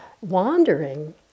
wandering